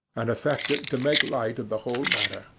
and affected to make light of the whole matter,